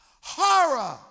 horror